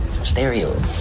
Stereo